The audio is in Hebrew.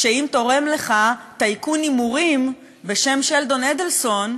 אם תורם לך טייקון הימורים בשם שלדון אדלסון,